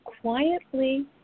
quietly